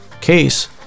case